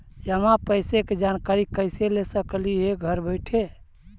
जमा पैसे के जानकारी कैसे ले सकली हे घर बैठे?